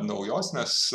naujos nes